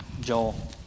Joel